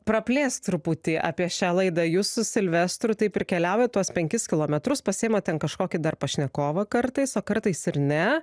praplėsti truputį apie šią laidą jūs su silvestru taip ir keliauja tuos penkis kilometrus pasiima ten kažkokį dar pašnekovą kartais o kartais ir ne